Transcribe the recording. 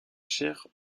chair